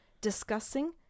discussing